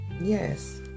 Yes